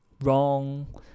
Wrong